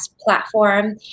platform